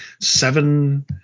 seven